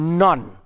none